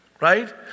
right